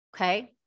okay